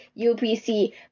UPC